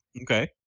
Okay